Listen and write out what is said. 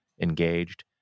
engaged